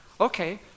Okay